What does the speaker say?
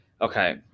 Okay